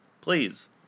Please